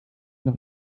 noch